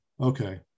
okay